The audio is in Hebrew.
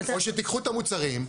או שתקחו את המוצרים,